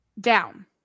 down